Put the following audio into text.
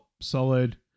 Solid